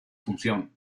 función